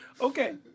Okay